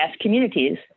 Communities